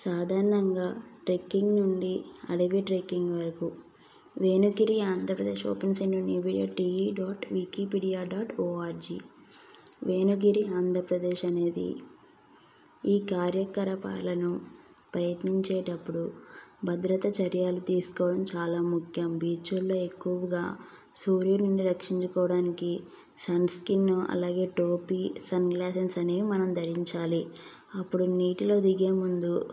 సాధారణంగా ట్రెక్కింగ్ నుండి అడవి ట్రెక్కింగ్ వరకు వేనుగిరి ఆంధ్రప్రదేశ్ ఓపెన్ న్యూ టి ఈ dot Wikipedia dot ORG వేనుగిరి Andhra Pradesh అనేది ఈ కార్యకలాపాలను ప్రయత్నించేటప్పుడు భద్రత చర్యలు తీసుకోవడం చాలా ముఖ్యం బీచ్ల్లో ఎక్కువగా సూర్యుడి నుంచి రక్షించుకోవడానికి సన్ స్కిన్ అలాగే టోపీ సన్ గ్లాసెస్ అనేవి మనం ధరించాలి అప్పుడు నీటిలో దిగేముందు